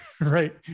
Right